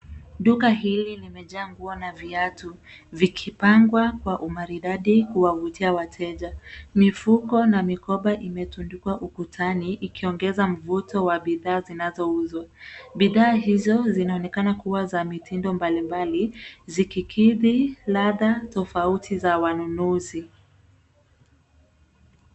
Duka hili limejaa nguo na viatu vikipangwa kwa umaridadi kuwavutia wateja. Mifuko na mikoba imetundikwa ukutani ikiongeza mvuto wa bidhaa zinazouzwa. Bidhaa hizo zinaonekana kuwa za mitindo mbalimbali zikikidhi ladha tofauti za wanunuzi.